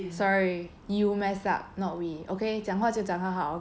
sorry you mess up not we okay 讲话就讲好好 okay